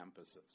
campuses